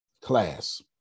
class